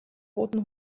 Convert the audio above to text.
roten